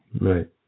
Right